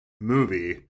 movie